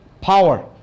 power